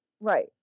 Right